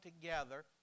together